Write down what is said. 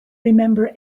remember